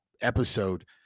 episode